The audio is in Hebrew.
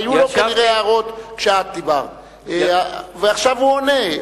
היו לו כנראה הערות כשאת דיברת ועכשיו הוא עונה.